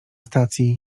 stacji